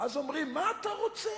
ואז אומרים: מה אתה רוצה,